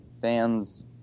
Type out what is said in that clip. fans